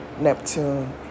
Neptune